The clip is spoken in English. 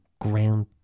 ground